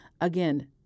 Again